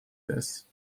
this